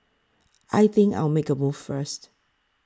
I think I'll make a move first